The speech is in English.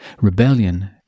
rebellion